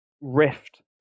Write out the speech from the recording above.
Rift